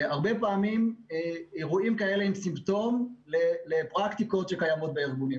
הרבה פעמים אירועים כאלה הם סימפטום לפרקטיקות שקיימות בארגונים.